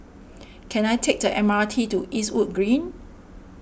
can I take the M R T to Eastwood Green